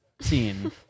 scene